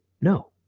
no